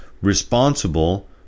responsible